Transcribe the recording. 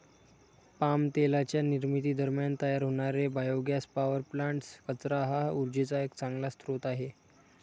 palm तेलाच्या निर्मिती दरम्यान तयार होणारे बायोगॅस पॉवर प्लांट्स, कचरा हा उर्जेचा एक चांगला स्रोत आहे